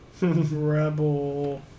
Rebel